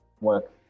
work